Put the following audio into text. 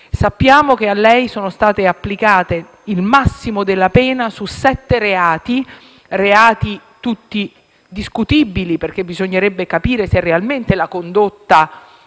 Sappiamo che a lei è stato applicato il massimo della pena su sette reati, che sono tutti discutibili perché bisognerebbe capire se realmente la condotta